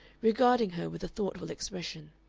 regarding her with a thoughtful expression.